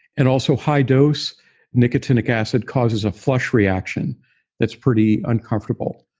and also, high-dose nicotinic acid causes a flush reaction that's pretty uncomfortable.